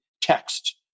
text